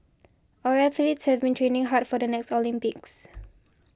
our athletes have been training hard for the next Olympics